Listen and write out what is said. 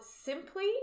simply